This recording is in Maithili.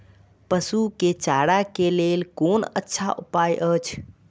पशु के चारा के लेल कोन अच्छा उपाय अछि?